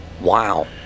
Wow